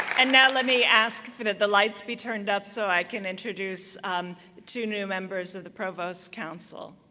and now, let me ask for that the lights be turned up, so i can introduce two new members of the provost's council,